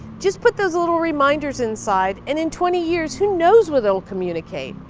just put those little reminders inside, and in twenty years, who knows what they'll communicate.